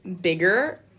bigger